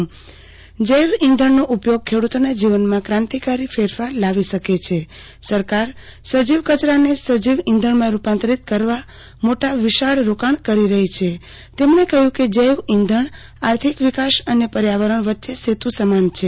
તેમણે જણાવ્યું કે જૈવ ઇંધણનો ઉપયોગ ખેડૂતોના જીવનમાં કાંતિકારી ફેરફારો લાવી શકે છે સરકાર સજીવ કચરાને સજીવ ઇંધણમાં રૂપાંતરિત કરવા માટા વિશાળ રોકાણ કરી રહી છે તેમણે કહ્યું કે જેવ ઇંધણ આર્થિક વિકાસ અને પર્યાવરણ વચ્ચે સેતુ સમાન છે